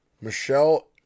Michelle